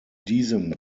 diesem